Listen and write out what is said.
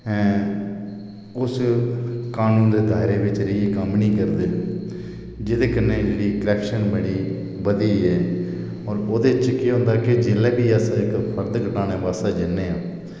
ऐं उस कानून दे दायरे बिच रेहियै कम्म निं करदे जेह्दे कन्नै इंदे च क्रप्शन बड़ी बधी गेई ऐ ते ओह्दे च ओह् केह् होंदा कि जेल्लै बी अस कोई फर्द कटाने गी जन्ने आं